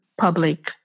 public